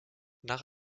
nach